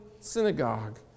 synagogue